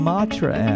Matra